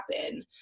happen